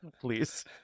please